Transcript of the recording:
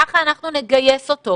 ככה אנחנו נגייס אותו.